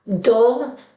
dull